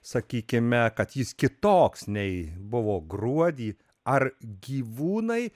sakykime kad jis kitoks nei buvo gruodį ar gyvūnai